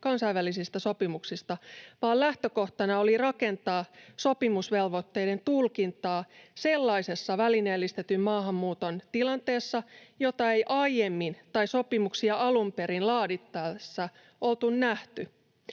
kansainvälisistä sopimuksista, vaan lähtökohtana oli rakentaa sopimusvelvoitteiden tulkintaa sellaisessa välineellistetyn maahanmuuton tilanteessa, jota ei aiemmin tai sopimuksia alun perin laadittaessa oltu nähty.